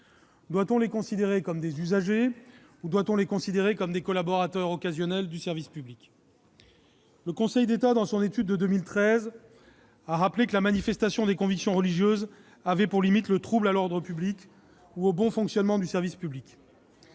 doit-on les considérer comme des usagers ou des collaborateurs occasionnels du service public ? Le Conseil d'État, dans son étude de 2013, a rappelé que la manifestation des convictions religieuses avait pour limite le trouble à l'ordre public ou au bon fonctionnement du service public.